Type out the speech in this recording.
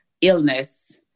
illness